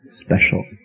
special